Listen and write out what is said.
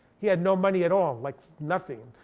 he had no money at all, like nothing,